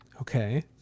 Okay